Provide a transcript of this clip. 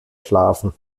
schlafen